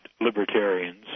libertarians